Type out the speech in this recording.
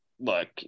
look